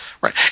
right